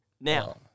now